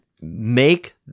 make